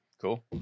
cool